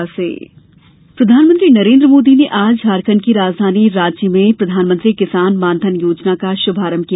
किसान मानधन योजना प्रधानमंत्री नरेन्द्र मोदी ने आज झारखंड की राजधानी रांची में प्रधानमंत्री किसान मानधन योजना का श्भारंभ किया